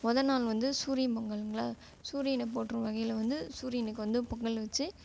மொதல்நாள் வந்து சூரிய பொங்கலுங்களா சூரியனை போற்றும் வகையில் வந்து சூரியனுக்கு வந்து பொங்கல் வச்சு